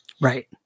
Right